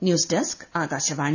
news desk Akashvani